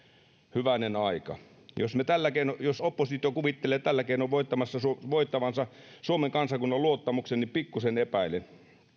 hyvänen aika jos oppositio kuvittelee tällä keinoin voittavansa suomen kansakunnan luottamuksen niin pikkusen epäilen